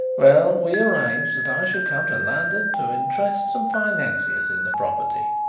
well, we arranged that i should come to london to interest some financiers in the property.